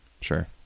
Sure